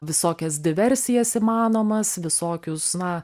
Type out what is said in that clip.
visokias diversijas įmanomas visokius na